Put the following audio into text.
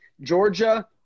Georgia